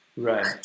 Right